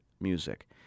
music